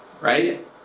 Right